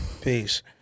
peace